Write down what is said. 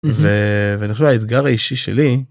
ואני חושב האתגר האישי שלי